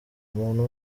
umuntu